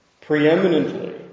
preeminently